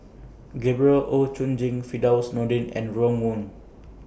Gabriel Oon Chong Jin Firdaus Nordin and Ron Wong